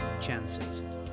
chances